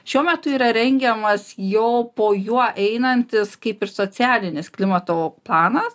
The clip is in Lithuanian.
šiuo metu yra rengiamas jau po juo einantis kaip ir socialinis klimato planas